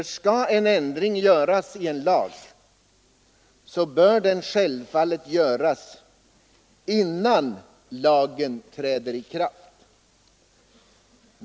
Skall en ändring göras i en lag bör den självfallet göras innan lagen träder i kraft.